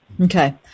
Okay